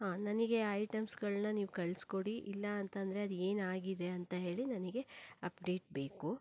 ಹಾಂ ನನಗೆ ಐಟಮ್ಸ್ಗಳನ್ನ ನೀವು ಕಳಿಸ್ಕೊಡಿ ಇಲ್ಲಾಂತಂದರೆ ಅದು ಏನಾಗಿದೆ ಅಂತ ಹೇಳಿ ನನಗೆ ಅಪ್ಡೇಟ್ ಬೇಕು